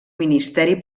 ministeri